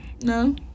No